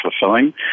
fulfilling